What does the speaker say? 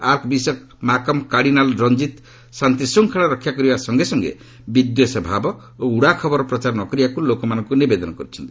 arc bishop Malcolm cardinal Ranjith ଶାନ୍ତିଶୃଙ୍ଖଳା ରକ୍ଷା କରିବା ସଙ୍ଗେ ସଙ୍ଗେ ବିଦ୍ଦେଷଭାବ ଓ ଉଡ଼ା ଖବର ପ୍ରଚାର ନ କରିବାକ୍ ଲୋକମାନଙ୍କ ନିବେଦନ କରିଛନ୍ତି